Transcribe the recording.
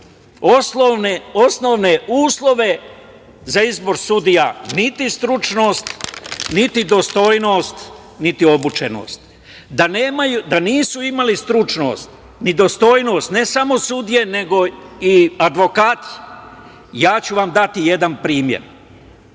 osnovne uslove za izbor sudija, niti stručnost, niti dostojnost, niti obučenost. Da nisu imali stručnost ni dostojnost ne samo sudije nego i advokati, ja ću vam dati jedan primer.